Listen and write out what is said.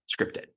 scripted